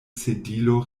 sedilo